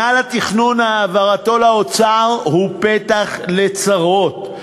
העברת מינהל התכנון לאוצר היא פתח לצרות,